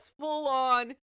full-on